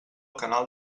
canal